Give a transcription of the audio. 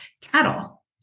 cattle